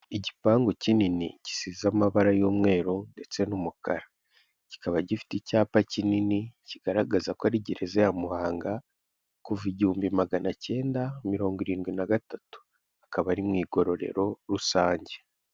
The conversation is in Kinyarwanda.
Igipangu kinini gisize amabara y'umweru ndetse n'umukara, kikaba gifite icyapa kinini kigaragaza ko ari gereza ya Muhanga kuva igihumbi magana cyenda mirongo irindwi na gatatu; hakaba ari mu igororero rusange.